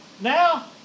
now